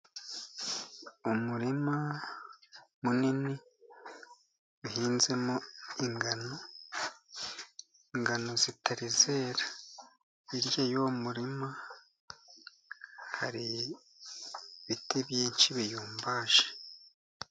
Umurima munini uhinzemo ingano, ingano zitari zera, hirya y'uwo muririma, hari ibiti byinshi birumbaje.